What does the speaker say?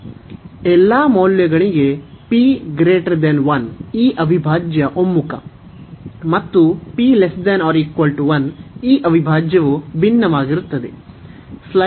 ಎಲ್ಲಾ ಮೌಲ್ಯಗಳಿಗೆ ಈ ಅವಿಭಾಜ್ಯ ಒಮ್ಮುಖ ಮತ್ತು ಈ ಅವಿಭಾಜ್ಯವು ಭಿನ್ನವಾಗಿರುತ್ತದೆ